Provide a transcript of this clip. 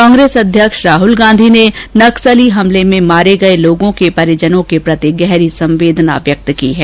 कांग्रेस अध्यक्ष राहुल गांधी ने नक्सली हमले में मारे गए लोगों के परिजनों के प्रति गहरी संवेदना व्यक्त की है